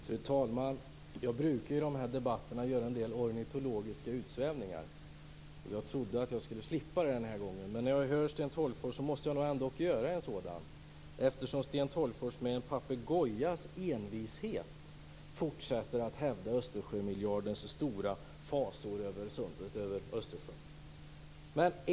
Fru talman! Jag brukar i de här debatterna göra en del ornitologiska utsvävningar. Jag trodde att jag skulle slippa det den här gången, men när jag hör Sten Tolgfors måste jag ändå göra en sådan, eftersom Sten Tolgfors med en papegojas envishet fortsätter att hävda de stora fasor över Östersjön som Östersjömiljarden innebär.